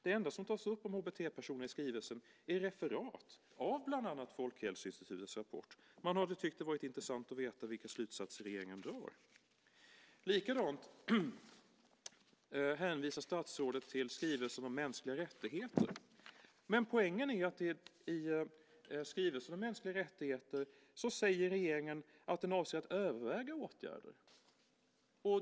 Det enda som tas upp om HBT-personer i skrivelsen är referat av bland annat Folkhälsoinstitutets rapport. Jag tycker att det hade varit intressant att få veta vilka slutsatser regeringen drar. Likadant hänvisar statsrådet till skrivelsen om mänskliga rättigheter. Men poängen är att i skrivelsen om mänskliga rättigheter säger regeringen att den avser att överväga åtgärder.